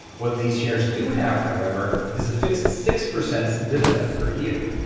what these shares do have, however, is a fixed six percent dividend per year.